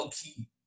key